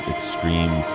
Extreme